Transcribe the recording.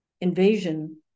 invasion